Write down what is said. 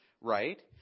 right